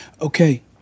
Okay